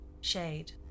Shade